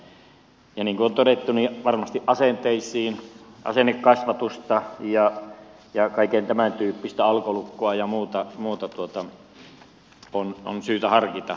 niin kuin on todettu niin varmasti asennekasvatusta ja kaikkea tämän tyyppistä alkolukkoa ja muuta on syytä harkita